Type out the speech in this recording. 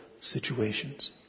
situations